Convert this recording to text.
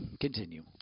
Continue